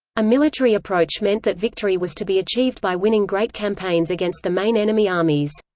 a military approach meant that victory was to be achieved by winning great campaigns against the main enemy armies.